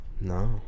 No